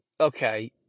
okay